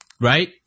right